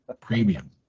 premium